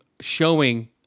showing